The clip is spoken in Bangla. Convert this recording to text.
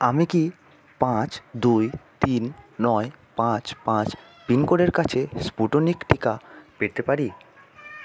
আমি কি পাঁচ দুই তিন নয় পাঁচ পাঁচ পিনকোডের কাছে স্পুটনিক টিকা পেতে পারি